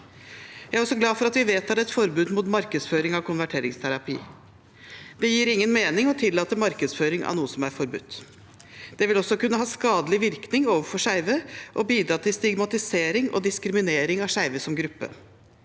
Jeg er også glad for at vi vedtar et forbud mot markedsføring av konverteringsterapi. Det gir ingen mening å tillate markedsføring av noe som er forbudt. Det vil også kunne ha skadelig virkning for skeive og bidra til stigmatisering og diskriminering av skeive som gruppe.